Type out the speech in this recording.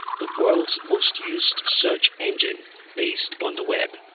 the world's most used search engine based on the web.